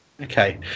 Okay